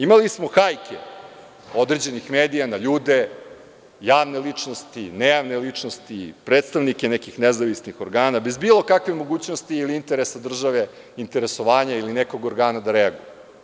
Imali smo hajke određenih medija na ljude, javne ličnosti, nejavne ličnosti, predstavnike nekih nezavisnih organa, bez bilo kakve mogućnosti ili interesovanja države ili nekog organa da reaguje.